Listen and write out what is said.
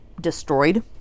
destroyed